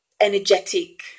energetic